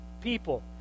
people